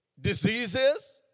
Diseases